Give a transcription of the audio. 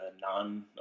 non